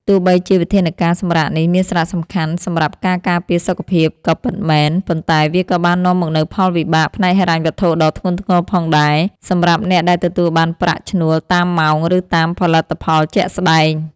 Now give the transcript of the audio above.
ទោះបីជាវិធានការសម្រាកនេះមានសារៈសំខាន់សម្រាប់ការការពារសុខភាពក៏ពិតមែន ប៉ុន្តែវាក៏បាននាំមកនូវផលវិបាកផ្នែកហិរញ្ញវត្ថុដ៏ធ្ងន់ធ្ងរផងដែរ សម្រាប់អ្នកដែលទទួលបានប្រាក់ឈ្នួលតាមម៉ោង ឬតាមផលិតផលជាក់ស្តែង។